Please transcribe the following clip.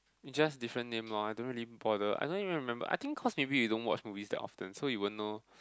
it's just different name lor I don't really bother I don't even remember I think cause maybe we don't watch movies that often so we won't know